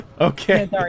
Okay